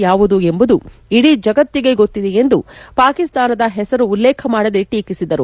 ಯಾವುದು ಎಂಬುದು ಇಡೀ ಜಗತ್ತಿಗೆ ಗೊತ್ತಿದೆ ಎಂದು ಪಾಕಿಸ್ತಾನದ ಹೆಸರು ಉಲ್ಲೇಖ ಮಾಡದೇ ಟೀಕಿಸಿದರು